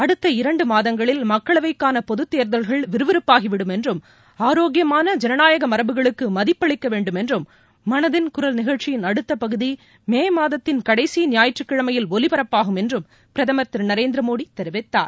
அடுத்த இரண்டு மாதங்களில் மக்களவைக்காள பொதுத் தேர்தல்கள் விறுவிறுப்பாகி விடும் என்றும் ஆரோக்கியமான ஜனநாயக மரபுகளுக்கு மதிப்பளிக்க வேண்டும் என்றும் மனதின் குரல் நிகழ்ச்சியின் அடுத்த பகுதி மே மாதத்தின் கடைசி ஞாயிற்றுக்கிழமையில் ஒலிபரப்பாகும் என்றும் பிரதமர் திரு நரேந்திரமோடி தெரிவித்தார்